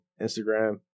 Instagram